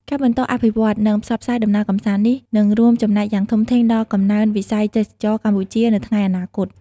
ការបន្តអភិវឌ្ឍ និងផ្សព្វផ្សាយដំណើរកម្សាន្តនេះ នឹងរួមចំណែកយ៉ាងធំធេងដល់កំណើនវិស័យទេសចរណ៍កម្ពុជាទៅថ្ងៃអនាគត។